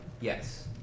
Yes